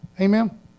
Amen